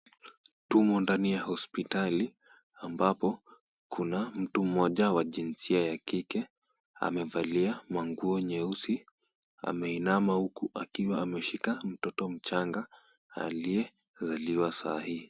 Tumo ndani ya hospitali ambapo kuna mtu mmoja wa jinsia ya kike, amevalia manguo nyeusi. Ameinama huku akiwa ameshika mtoto mchanga aliyezaliwa saa hii.